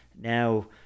now